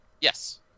Yes